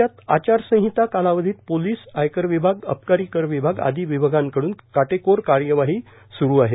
राज्यात आचारसंहिता कालावधीत पोलीस आयकर विभाग अबकारी कर विभाग आदी विभागांकडुन काटेकोर कार्यवाही सुरू आहे